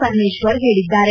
ಪರಮೇಶ್ವರ್ ಹೇಳಿದ್ದಾರೆ